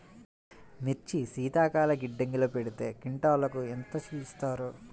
మిర్చి శీతల గిడ్డంగిలో పెడితే క్వింటాలుకు ఎంత ఇస్తారు?